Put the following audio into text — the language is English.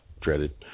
dreaded